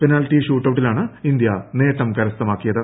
penalty ഷൂട്ടൌട്ടിലാണ് India നേട്ടം കരസ്ഥമാക്കിയത്